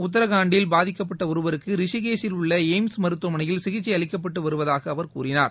உத்தரகாண்டில் பாதிக்கப்பட்ட ஒருவருக்கு ரிஷிகேசில் உள்ள எய்ம்ஸ் மருத்துவமனையில் சிகிச்சை அளிக்கப்பட்டு வருவதாக அவர் கூறினார்